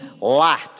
light